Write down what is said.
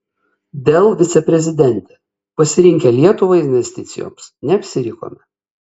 dell viceprezidentė pasirinkę lietuvą investicijoms neapsirikome